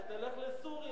שתלך לסוריה.